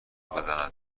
بزند